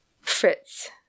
Fritz